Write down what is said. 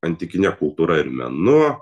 antikine kultūra ir menu